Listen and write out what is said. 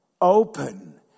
open